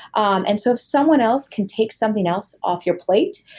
um and so if someone else can take something else off your plate,